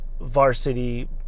varsity